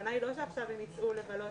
עם משרד הבריאות,